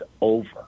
over